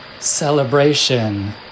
celebration